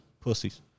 pussies